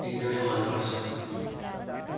एकदमै मनपर्छ मलाई